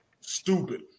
Stupid